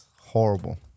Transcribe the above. Horrible